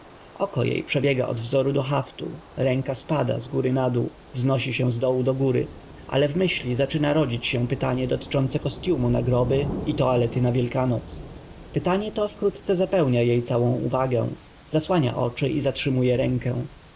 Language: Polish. jej przebiega od wzoru do haftu ręka spada z góry na dół wznosi się z dołu do góry ale w myśli zaczyna rodzić się pytanie dotyczące kostyumu na groby i toalety na wielkanoc pytanie to wkrótce zapełnia jej całą uwagę zasłania oczy i zatrzymuje rękę